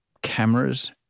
cameras